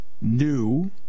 New